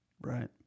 Right